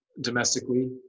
domestically